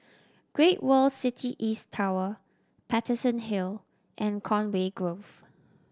Great World City East Tower Paterson Hill and Conway Grove